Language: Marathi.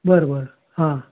बरं बरं हां